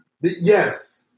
yes